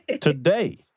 today